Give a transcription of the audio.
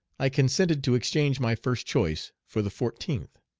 i consented to exchange my first choice for the fourteenth.